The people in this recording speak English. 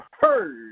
heard